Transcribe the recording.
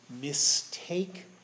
mistake